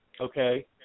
okay